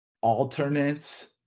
alternates